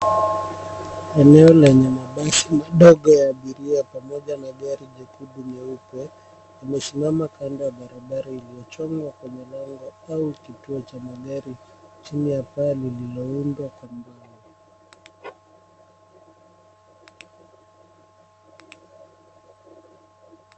Eneo lenye mabasi madogo ya abiria pamoja na gari jekundu jeupe limesimama kando ya barabara iliyochongwa kwa lango, kituo cha magari chini limeundwa kwa mbao.